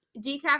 decaf